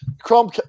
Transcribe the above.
Chrome